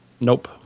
Nope